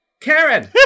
Karen